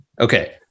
Okay